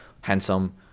handsome